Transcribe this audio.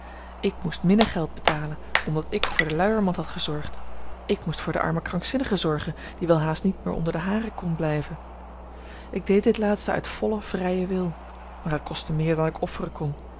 ik moest minnegeld betalen omdat ik voor de luiermand had gezorgd ik moest voor de arme krankzinnige zorgen die welhaast niet meer onder de haren kon blijven ik deed dit laatste uit vollen vrijen wil maar het kostte meer dan ik offeren kon